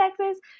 Texas